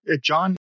John